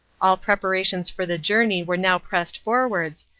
all preparations for the journey were now pressed forwards,